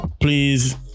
Please